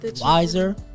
wiser